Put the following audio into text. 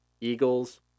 Eagles